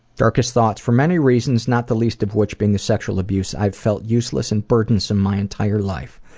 darkest thoughts? for many reasons, not the least of which being the sexual abuse, i've felt useless and burdensome my entire life.